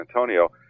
Antonio